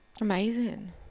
Amazing